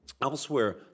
Elsewhere